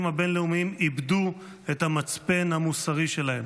הבין-לאומיים איבדו את המצפן המוסרי שלהם.